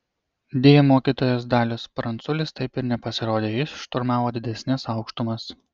deja mokytojas dalius pranculis taip ir nepasirodė jis šturmavo didesnes aukštumas